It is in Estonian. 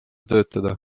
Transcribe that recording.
töötada